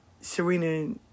Serena